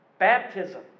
Baptism